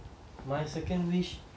my second wish